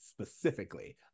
specifically